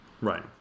Right